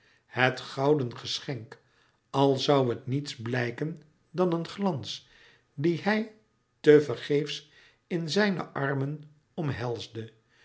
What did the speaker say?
het gouden geschenk al zoû het niets blijken dan een glans dien hij te vergeefs in zijne armen omhelsde